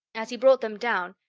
as he brought them down,